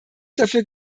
dafür